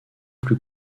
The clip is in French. plus